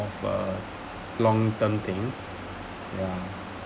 of a long term thing ya